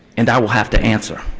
and i will have to answer.